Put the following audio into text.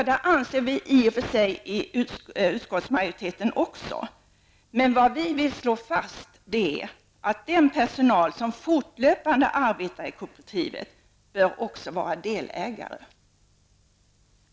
Det anser i och för sig utskottsmajoriteten också. Men vad vi vill slå fast är att den personal som fortlöpande arbetar i kooperativet också bör vara delägare.